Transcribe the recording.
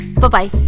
Bye-bye